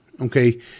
okay